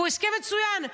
והוא הסכם מצוין.